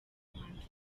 umuhanzi